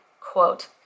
quote